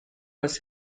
was